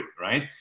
right